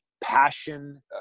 passion